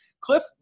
Cliff